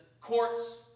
courts